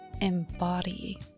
Embody